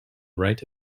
right